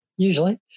Usually